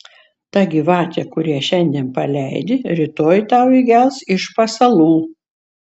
ta gyvatė kurią šiandien paleidi rytoj tau įgels iš pasalų